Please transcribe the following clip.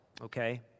okay